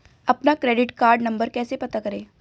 अपना credit card number कैसे पता करें?